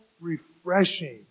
refreshing